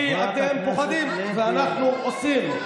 כי אתם פוחדים, ואנחנו עושים.